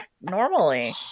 normally